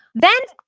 then,